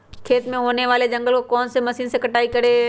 खेत में होने वाले जंगल को कौन से मशीन से कटाई करें?